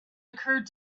occurred